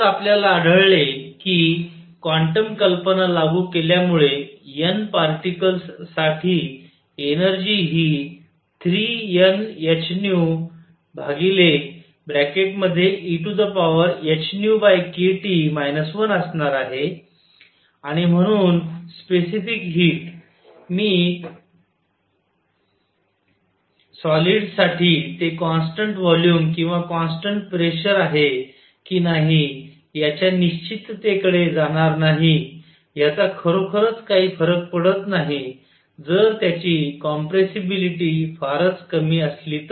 तर आपल्याला आढळले की क्वांटम कल्पना लागू केल्यामुळे N पार्टिकल्स साठी एनर्जी हि 3NhνehνkT 1 असणार आहे आणि म्हणून स्पेसिफिक हीट मी सॉलिड्स साठी ते कॉन्स्टन्ट व्हॉल्युम किंवा कॉन्स्टन्ट प्रेशर आहे की नाही याच्या निश्चिततेकडे जाणार नाही ह्याचा खरोखरच काही फरक पडत नाही जर त्यांची कॉम्प्रेसबिलिटी फारच कमी असली तर